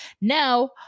Now